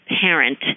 parent